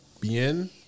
Bien